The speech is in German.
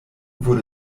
wurde